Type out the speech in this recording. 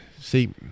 see